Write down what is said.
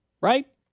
right